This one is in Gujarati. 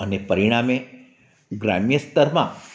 અને પરિણામે ગ્રામ્ય સ્તરમાં